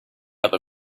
other